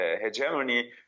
hegemony